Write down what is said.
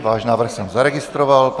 Váš návrh jsem zaregistroval.